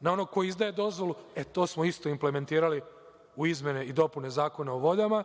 na onog koji izdaje dozvolu. To smo istu implementirali u izmene i dopune Zakona o vodama,